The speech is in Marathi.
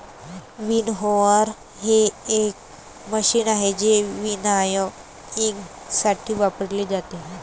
विनओव्हर हे एक मशीन आहे जे विनॉयइंगसाठी वापरले जाते